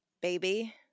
baby